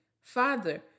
father